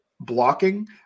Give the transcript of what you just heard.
blocking